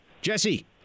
Jesse